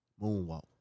Moonwalk